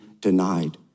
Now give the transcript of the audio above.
denied